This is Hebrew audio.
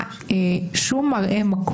יוראי,